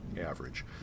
average